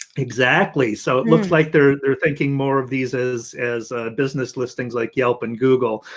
exactly. so it looks like they're they're thinking more of these as as business listings like yelp and google.